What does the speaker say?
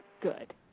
good